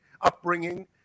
upbringing